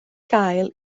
gael